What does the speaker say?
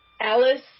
Alice